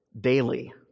daily